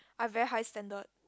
I very high standard